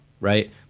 right